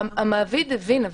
המעביד הבין.